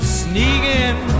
sneaking